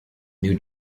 new